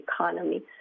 economy